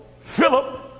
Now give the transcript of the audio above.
Philip